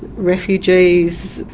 refugees,